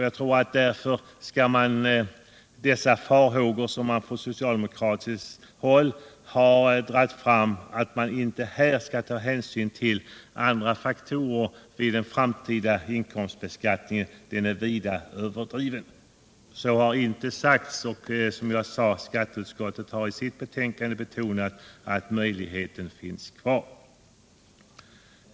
Jag anser därför att de farhågor som man från socialdemokratiskt håll uttalar för att hänsyn inte skulle tas till andra faktorer i den framtida inkomstbeskattningen är vida överdrivna. Så har ju inte sagts, och skatteutskottet har i sitt betänkande betonat att möjligheten finns kvar.